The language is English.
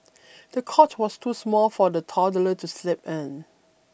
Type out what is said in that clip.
the cot was too small for the toddler to sleep in